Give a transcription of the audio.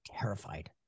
terrified